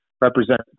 represent